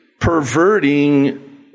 perverting